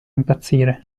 impazzire